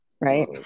Right